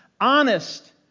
honest